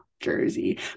Jersey